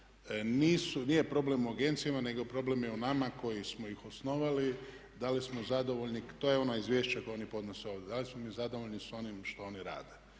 nije problem u agencijama nego je problem u nama koji smo ih osnovali, da li smo zadovoljni, to su ona izvješća koja oni podnose ovdje, da li smo mi zadovoljni s onim što oni rade.